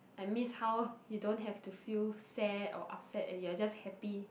I miss how you don't have to feel sad or upset and you're just happy